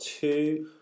two